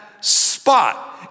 spot